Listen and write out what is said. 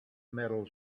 metal